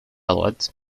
droite